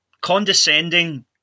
condescending